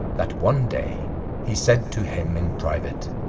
that one day he said to him in private,